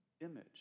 image